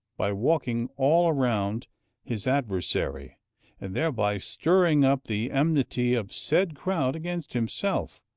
by walking all round his adversary and thereby stirring up the enmity of said crowd against himself,